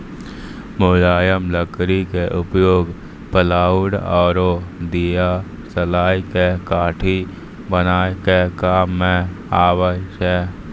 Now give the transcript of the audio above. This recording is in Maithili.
मुलायम लकड़ी के उपयोग प्लायउड आरो दियासलाई के काठी बनाय के काम मॅ आबै छै